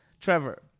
Trevor